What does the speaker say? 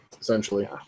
Essentially